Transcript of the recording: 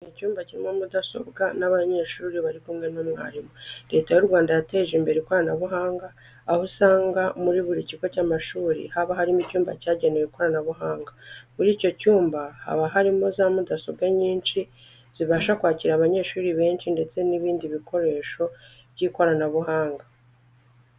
Ni icyumba kirimo mudasobwa n'abanyeshuri bari kumwe n'umwarimu. Leta y'u Rwanda yateje imbere ikoranabuhanga, aho usanga muri buri kigo cy'amashuri haba harimo icyumba cyagenewe ikoranabuhanga. Muri icyo cyumba haba harimo za mudasobwa nyinshi zibasha kwakira abanyeshuri benshi ndetse n'ibindi bikoresho by'ikoranabuhanga.